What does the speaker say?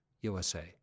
USA